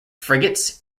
frigates